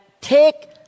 take